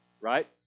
Right